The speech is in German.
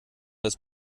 das